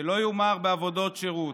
שלא יומר בעבודות שירות.